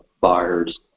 buyers